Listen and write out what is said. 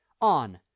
on